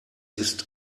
ist